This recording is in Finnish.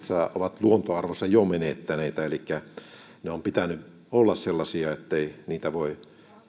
ovat luontoarvonsa jo menettäneitä elikkä niiden on pitänyt olla sellaisia ettei niitä voi